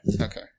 Okay